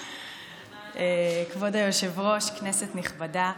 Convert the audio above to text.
כבוד היושב-ראש, כנסת נכבדה,